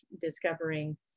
discovering